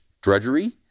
drudgery